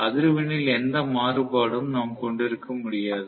அதிர்வெண்ணில் எந்த மாறுபாடும் நாம் கொண்டிருக்க இருக்க முடியாது